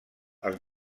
als